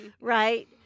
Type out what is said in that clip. right